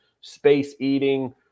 space-eating